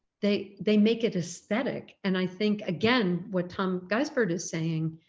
they they make it aesthetic and i think again what tom geisbert is saying,